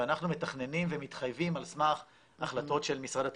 אנחנו מתכננים ומתחייבים על סמך החלטות של משרד התחבורה,